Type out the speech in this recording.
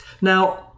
Now